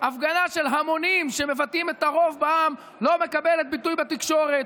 והפגנה של המונים שמבטאים את הרוב בעם לא מקבלת ביטוי בתקשורת.